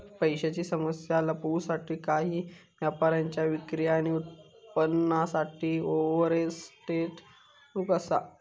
पैशांची समस्या लपवूसाठी काही व्यापाऱ्यांच्या विक्री आणि उत्पन्नासाठी ओवरस्टेट फसवणूक असा